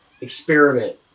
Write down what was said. experiment